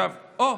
אוה,